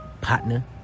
partner